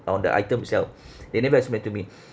on the items itself they never explained to me